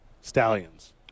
Stallions